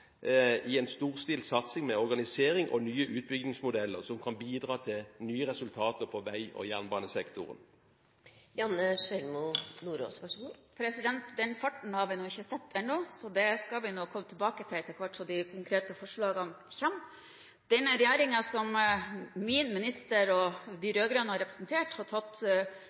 på en storstilt satsing – med organisering og nye utbyggingsmodeller – som kan bidra til nye resultater på vei- og jernbanesektoren? Den farten har vi ikke sett ennå. Så dette skal vi komme tilbake til etter hvert som de konkrete forslagene kommer. Den regjeringen – den rød-grønne – som min minister representerte, tok klare grep i planprosesser for å få dem til å gå enklere og